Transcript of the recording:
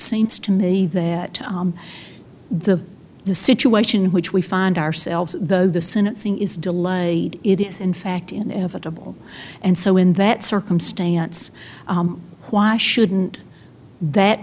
seems to me that the the situation which we find ourselves though the sentencing is delayed it is in fact inevitable and so in that circumstance why shouldn't that